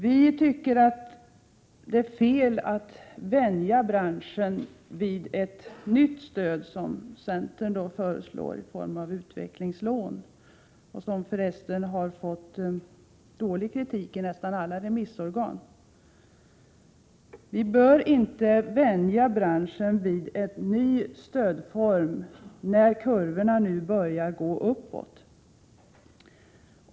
Vi tycker att det är fel att vänja branschen vid ett nytt stöd, som centern föreslår i form av utvecklingslån — det har för resten fått dålig kritik av nästan alla remissorgan — när kurvorna nu börjar gå uppåt.